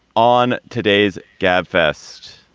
on today's gabfests,